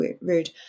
rude